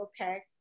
okay